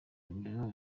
imibu